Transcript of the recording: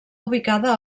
ubicada